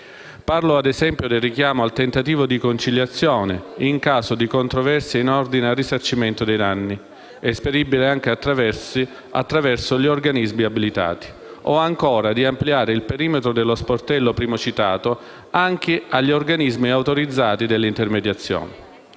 Parlo - ad esempio - del richiamo al tentativo di conciliazione in caso di controversia in ordine al risarcimento dei danni, esperibile anche attraverso gli organismi abilitati o, ancora, di ampliare il perimetro dello sportello prima citato, anche agli organismi autorizzati all'intermediazione.